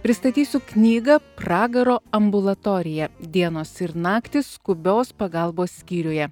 pristatysiu knygą pragaro ambulatorija dienos ir naktys skubios pagalbos skyriuje